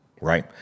right